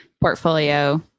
portfolio